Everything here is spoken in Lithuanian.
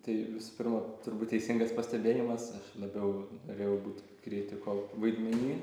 tai visų pirma turbūt teisingas pastebėjimas aš labiau norėjau būt kritiko vaidmeny